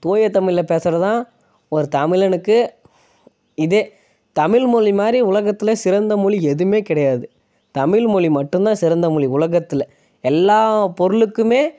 தூய தமிழ்ல பேசுகிறது தான் ஒரு தமிழனுக்கு இது தமிழ் மொழிமாதிரி உலகத்தில் சிறந்த மொழி எதுவுமே கிடையாது தமிழ் மொழி மட்டும் தான் சிறந்த மொழி உலகத்தில் எல்லா பொருளுக்குமே